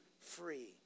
free